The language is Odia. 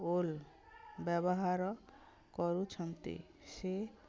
ଓଲା ବ୍ୟବହାର କରୁଛନ୍ତି ସେ